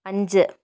അഞ്ച്